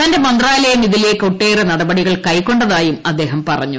തന്റെ മന്ത്രാലയം ഇതിലേക്ക് ഒട്ടേറെ നടപടികൾ കൈക്കൊ തായും അദ്ദേഹം പറഞ്ഞു